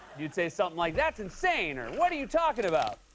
you'd say something like, that's insane! or what are you talking about?